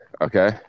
okay